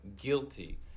guilty